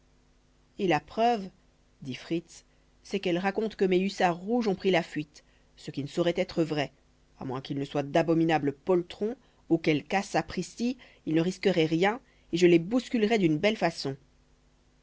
et la preuve dit fritz c'est qu'elle raconte que mes hussards rouges ont pris la fuite ce qui ne saurait être vrai à moins qu'ils ne soient d'abominables poltrons auquel cas sapristi ils ne risqueraient rien et je les bousculerais d'une belle façon